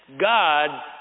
God